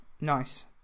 nice